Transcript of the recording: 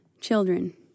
children